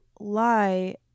Lie